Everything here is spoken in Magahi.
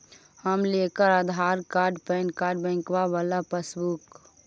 हम लेकर आधार कार्ड पैन कार्ड बैंकवा वाला पासबुक?